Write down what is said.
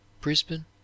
brisbane